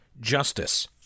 justice